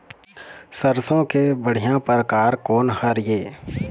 सरसों के बढ़िया परकार कोन हर ये?